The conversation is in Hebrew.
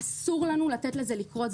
אסור לנו לתת לזה לקרות.